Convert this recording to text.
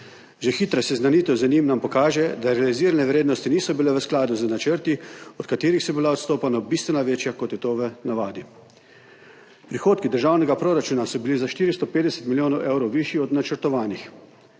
Že hitra seznanitev z njim nam pokaže, da realizirane vrednosti niso bile v skladu z načrti, od katerih so bila odstopanja bistveno večja, kot je to v navadi. Prihodki državnega proračuna so bili za 450 milijonov evrov višji od načrtovanih,